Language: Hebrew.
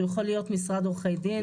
שהוא יכול להיות משרד עורכי דין,